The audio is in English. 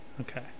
Okay